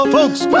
Folks